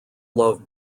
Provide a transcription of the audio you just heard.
love